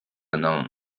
可能